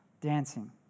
dancing